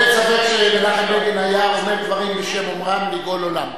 אבל אין ספק שמנחם בגין היה אומר דברים בשם אומרם לגאול עולם.